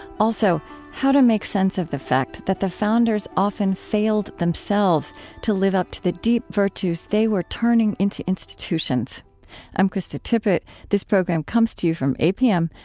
also, how to make sense of the fact that the founders often failed themselves to live up to the deep virtues they were turning into institutions i'm krista tippett. this program comes to you from apm,